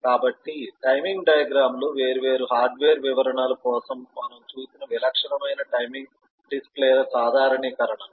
కాబట్టి timing diagram లు వేర్వేరు హార్డ్వేర్ వివరణల కోసం మనం చూసిన విలక్షణమైన టైమింగ్ డిస్ప్లేల సాధారణీకరణలు